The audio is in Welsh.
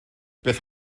beth